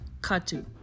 katu